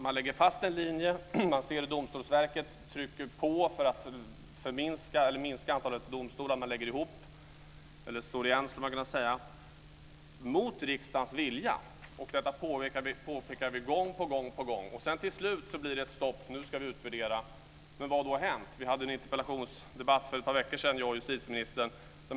Man lägger fast en linje, Domstolsverket trycker på för att minska antalet domstolar och man lägger ihop - eller slår igen, skulle man kunna säga - mot riksdagens vilja. Detta påpekar vi gång på gång. Till slut blir det ett stopp, och man säger: Nu ska vi utvärdera. Vad har då hänt? Vi hade en interpellationsdebatt för ett par veckor sedan jag och justitieministern.